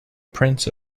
prince